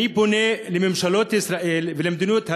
אני פונה לממשלות ישראל ולמדיניות הזאת,